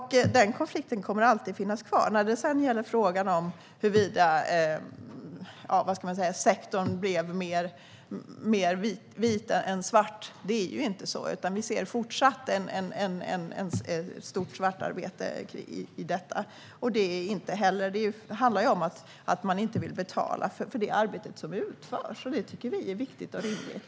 Den konflikten kommer alltid att finnas kvar. När det sedan gäller frågan om huruvida sektorn blev mer vit än svart är det inte så. Vi ser fortsatt ett stort svartarbete i den. Det handlar om att man inte vill betala för det arbete som utförs. Det tycker vi är viktigt och rimligt.